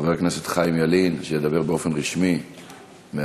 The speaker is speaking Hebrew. חבר הכנסת חיים ילין, שידבר באופן רשמי מהפודיום,